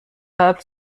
قبل